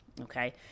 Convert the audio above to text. okay